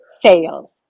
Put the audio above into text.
sales